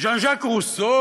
ז'אן ז'אק רוסו,